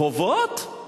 חובות?